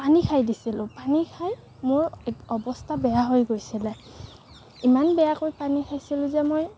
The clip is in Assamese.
পানী খাই দিছিলোঁ পানী খাই মোৰ এক অৱস্থা বেয়া হৈ গৈছিলে ইমান বেয়াকৈ পানী খাইছিলোঁ যে মই